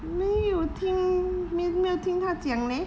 没有听没有没有听他讲 leh